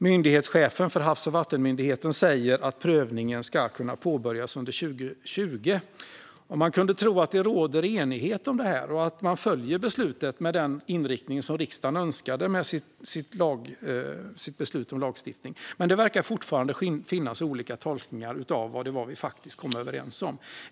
Myndighetschefen för Havs och vattenmyndigheten säger att prövningen ska kunna påbörjas under 2020. Man kunde tro att det råder enighet om detta och att man följer beslutet med den inriktning som riksdagen önskade med sitt beslut om lagstiftning, men det verkar fortfarande finnas olika tolkningar av vad det var vi faktiskt kom överens om.